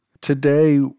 Today